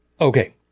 Okay